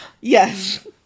Yes